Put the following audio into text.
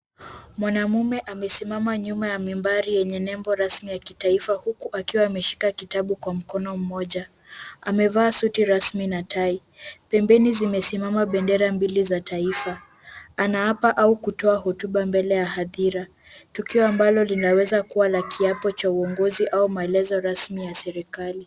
Mwanaume amesimama nyuma ya mimbari yenye nembo rasmi ya kitaifa huku akiwa ameshika kitabu kwa mkono mmoja. Amevaa suti rasmi na tai. Pembeni zimesimama bendera mbili za taifa anaapa au kutoa hotuba mbele ya hadhira tukio ambalo linaweza kuwa kiapo cha uongozi au maelezo rasmi ya serikali.